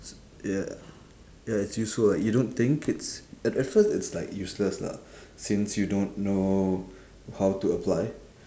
ya ya it's useful lah you don't think it's at at first it's like useless lah since you don't know how to apply